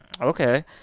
okay